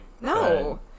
No